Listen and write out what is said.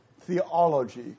theology